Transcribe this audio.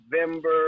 November